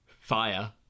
fire